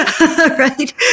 right